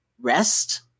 rest